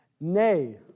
Nay